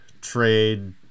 trade